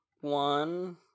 one